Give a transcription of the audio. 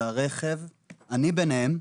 אני ביניהם.